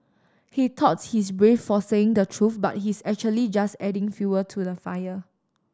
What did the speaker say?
he thought he's brave for saying the truth but he's actually just adding fuel to the fire